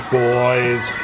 boys